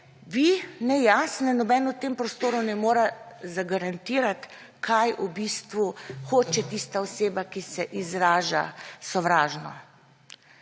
vi, ne jaz, ne noben v tem prostoru ne more zagarantirati, kaj v bistvu hoče tista oseba, ki se izraža sovražno.